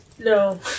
No